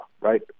right